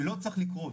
שלא צריך לקרות.